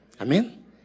Amen